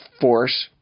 force